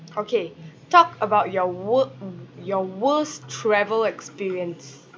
okay talk about your work your worst travel experience